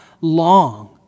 long